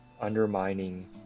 undermining